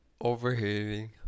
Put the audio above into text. overheating